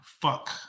Fuck